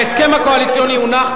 ההסכם הקואליציוני הונח,